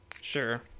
sure